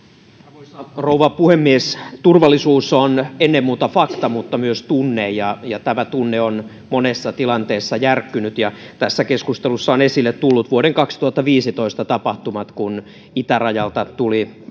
arvoisa rouva puhemies turvallisuus on ennen muuta fakta mutta myös tunne ja ja tämä tunne on monessa tilanteessa järkkynyt tässä keskustelussa on esille tullut vuoden kaksituhattaviisitoista tapahtumat kun esimerkiksi itärajalta tuli